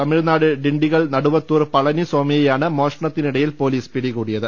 Tamil Nadu Dindigul Naduvathur Palani സ്വാ മിയെയാണ് മോഷണത്തിനിടയിൽ പൊലീസ് പിടികൂടിയത്